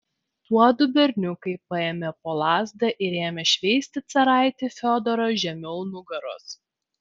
tuodu berniukai paėmė po lazdą ir ėmė šveisti caraitį fiodorą žemiau nugaros